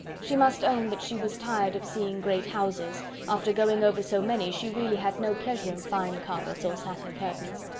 she must own that she was tired of seeing great houses after going over so many, she really had no pleasure in fine carpets or satin curtains.